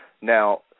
Now